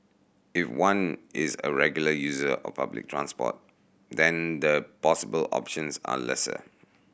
if one is a regular user of public transport then the possible options are lesser